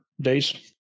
days